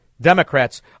Democrats